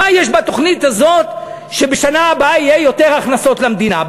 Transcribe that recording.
מה יש בתוכנית הזאת שבשנה הבאה יהיו יותר הכנסות למדינה?